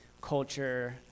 culture